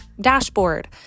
dashboard